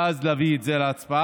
ואז להביא את זה להצבעה.